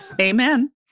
Amen